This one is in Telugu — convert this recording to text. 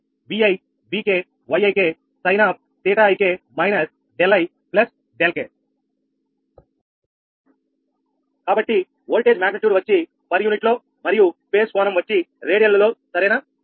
కాబట్టి ఓల్టేజ్ మాగ్నిట్యూడ్ వచ్చి పర్ యూనిట్లో మరియు ఫేజ్ కోణం వచ్చి రేడియన్లు లో సరేనా